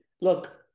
look